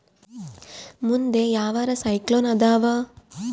ಮುಂದೆ ಯಾವರ ಸೈಕ್ಲೋನ್ ಅದಾವ?